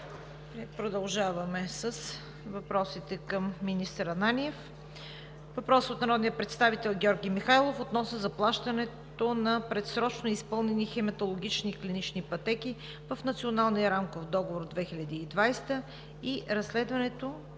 Продължаваме с въпросите към министър Ананиев. Въпрос от народния представител Георги Михайлов относно заплащането на предсрочно изпълнени хематологични клинични пътеки в Националния рамков договор 2020 и изследването